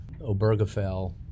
Obergefell